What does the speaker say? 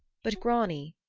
but grani,